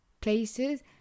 places